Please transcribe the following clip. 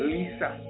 Lisa